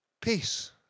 peace